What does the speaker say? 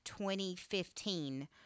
2015